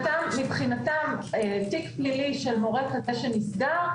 מבחינתם תיק פלילי של מורה כזה שנסגר,